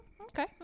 okay